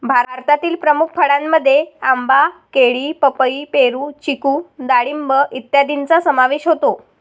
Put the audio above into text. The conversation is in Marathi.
भारतातील प्रमुख फळांमध्ये आंबा, केळी, पपई, पेरू, चिकू डाळिंब इत्यादींचा समावेश होतो